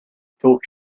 talk